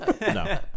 no